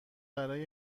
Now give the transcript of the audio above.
برای